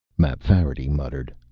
mapfarity muttered,